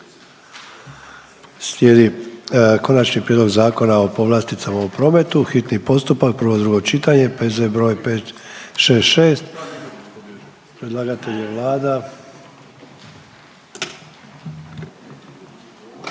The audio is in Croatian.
(HDZ)** Konačni prijedlog Zakona o povlasticama u prometu, hitni postupak, prvo i drugo čitanje, P.Z. broj 566, predlagatelj je Vlada,